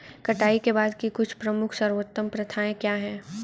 कटाई के बाद की कुछ प्रमुख सर्वोत्तम प्रथाएं क्या हैं?